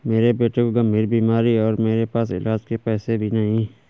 मेरे बेटे को गंभीर बीमारी है और मेरे पास इलाज के पैसे भी नहीं